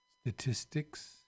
statistics